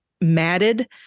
matted